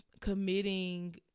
committing